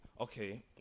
okay